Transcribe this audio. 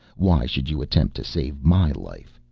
why should you attempt to save my life?